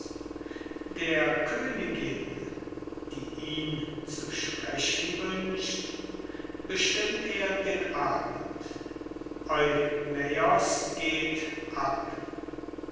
der königin die ihn zu sprechen wünscht bestimmt er den abend euaimos geht ab